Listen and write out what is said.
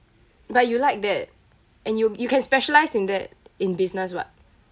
but you like that and you you can specialise in that in business [what]